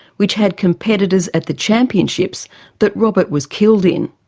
which had competitors at the championships that robert was killed in.